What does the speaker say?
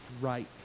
right